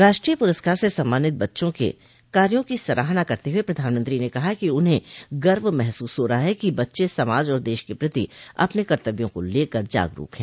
राष्ट्रीय पुरस्कार से सम्मानित बच्चों के कार्यों की सराहना करते हुए प्रधानमंत्री ने कहा कि उन्हें गर्व महसूस हो रहा है कि बच्चे समाज और देश के प्रति अपने कर्तव्यों को लेकर जागरूक हैं